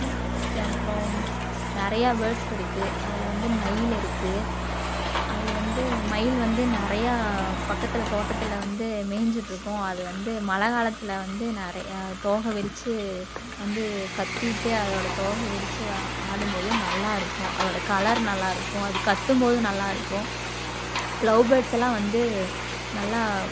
சே அப்புறம் நிறையா பேர்ட்ஸ் இருக்குது அதில் வந்து மயில் இருக்குது அது வந்து மயில் வந்து நிறையா பக்கத்தில் தோட்டத்தில் வந்து மேஞ்சுட்டு இருக்கும் அது வந்து மழை காலத்தில் வந்து நிறையா தோகை விரிச்சி வந்து கத்திட்டு அதோடய தோகை விரித்து ஆடும் போது நல்லாயிருக்கும் அதோடய கலர் நல்லாயிருக்கும் அது கத்தும் போது நல்லாயிருக்கும் லவ்பேர்ட்ஸ்லாம் வந்து நல்லா